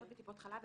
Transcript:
האחיות בטיפות חלב.